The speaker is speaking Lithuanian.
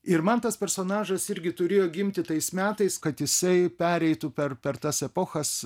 ir man tas personažas irgi turėjo gimti tais metais kad jisai pereitų per per tas epochas